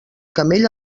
camell